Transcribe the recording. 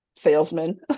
salesman